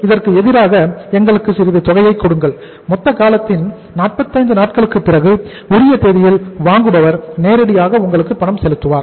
இதற்கு எதிராக எங்களுக்கு சிறிது தொகையை கொடுங்கள் மொத்த காலத்தின் 45 நாட்களுக்கு பிறகு உரிய தேதியில் வாங்குபவர் நேரடியாக உங்களுக்கு பணம் செலுத்துவார்